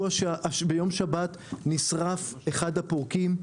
בשבת נשרף אחד הפורקים.